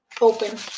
open